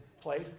place